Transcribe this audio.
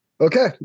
Okay